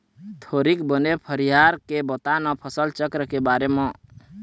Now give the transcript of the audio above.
थोरिक बने फरियार के बता न फसल चक्र के बारे म